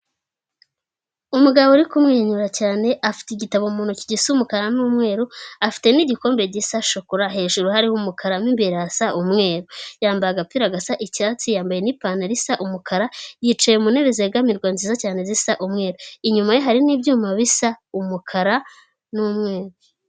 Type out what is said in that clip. Umugabo uri kumwenyura cyane, afite igitabo mu ntoki gisa umukara n'umweru, afite n'igikombe gisa shokora hejuru hariho umukara, mo imbere ni umweru, yambaye agapira gasa icyatsi, yambaye n'ipantaro isa umukara, yicaye mu ntebe zegamirwa nziza cyane zisa umweru, inyuma ye hari n'ibyuma bisa umukara n'umweru.